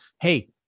Hey